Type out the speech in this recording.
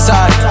Side